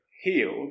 healed